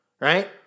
Right